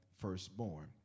firstborn